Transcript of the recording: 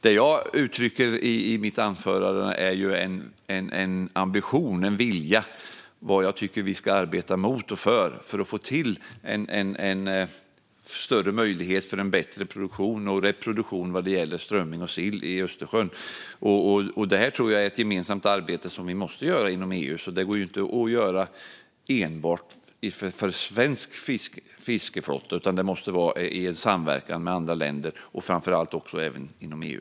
Det jag uttrycker i mitt anförande är en ambition och en vilja när det gäller vad jag tycker att vi ska arbeta för och emot för att få till en större möjlighet för en bättre produktion och reproduktion vad gäller strömming och sill i Östersjön. Det här tror jag är ett gemensamt arbete som vi måste göra inom EU. Det går inte att göra det enbart för svensk fiskeflotta, utan det måste ske i samverkan med andra länder, framför allt även inom EU.